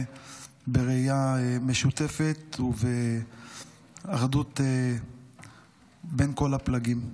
בראייה משותפת ובאחדות בין כל הפלגים.